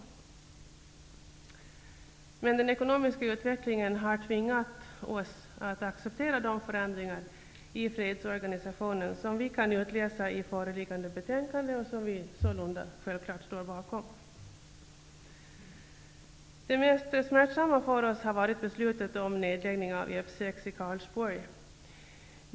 Men den ekonomiska utvecklingen har tvingat oss att acceptera de förändringar i fredsorganisationen som vi kan utläsa i föreliggande betänkande, som vi sålunda självfallet står bakom. Det mest smärtsamma för oss har varit beslutet om nedläggning av F 6 i Karlsborg.